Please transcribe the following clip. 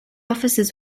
offices